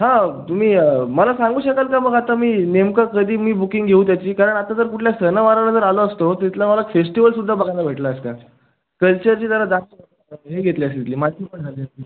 हां तुम्ही मला सांगू शकाल का मग आता मी नेमकं कधी मी बुकिंग घेऊ त्याची कारण आता जर कुठल्या सणावाराला जर आलो असतो तर तिथलं मला फेस्टिवलसुद्धा बघायला भेटला असता कल्चरची जरा जास्त हे घेतली असती तिथली माहिती पण झाली असती